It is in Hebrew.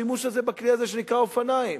בשימוש הזה בכלי הזה שנקרא אופניים.